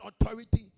authority